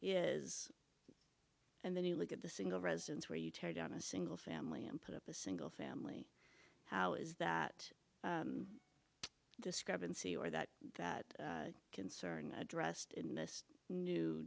is and then you look at the single residence where you tear down a single family and put up a single family how is that discrepancy or that that concern addressed